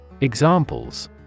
Examples